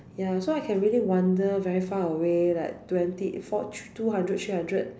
ya so I can really wander very far away like twenty for two hundred three hundred